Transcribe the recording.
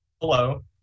Hello